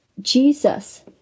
Jesus